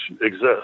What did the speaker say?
exist